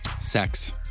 sex